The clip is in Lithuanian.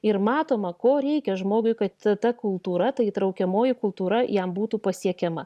ir matoma ko reikia žmogui kad ta kultūra ta įtraukiamoji kultūra jam būtų pasiekiama